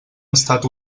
estat